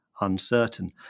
uncertain